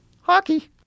Hockey